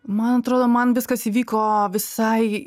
man atrodo man viskas įvyko visai